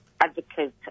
advocate